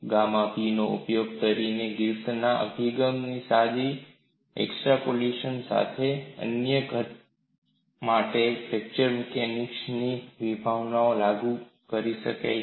gamma P નો ઉપયોગ કરીને ગ્રિફિથના અભિગમના સાદી એક્સ્ટ્રાપોલેશન સાથે તે તન્ય ઘન માટે ફ્રેક્ચર મિકેનિક્સ ની વિભાવનાઓ લાગુ કરી શકે છે